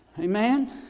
Amen